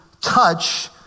touch